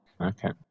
Okay